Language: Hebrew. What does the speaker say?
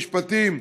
משפטים,